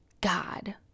God